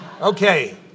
okay